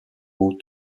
aux